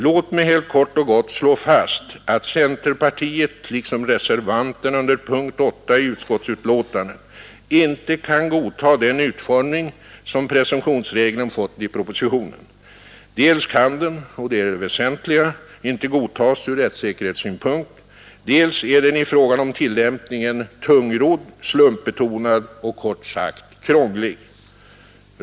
Låt mig helt kort och gott slå fast att centerpartiet liksom reservanterna under punkt 8 i utskottsbetänkandet inte kan godta den utformning, som presumtionsregeln fått i propositionen. Dels kan den — och det är det väsentliga — inte godtas från rättssäkerhetssynpunkt, dels är den i fråga om tillämpningen tungrodd, slumpbetonad och kort sagt krånglig.